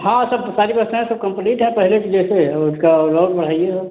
हाँ सब सारी व्यवस्थाएं सब कम्पलीट हैं पहले के जैसे और उसका लॉक बढाइएगा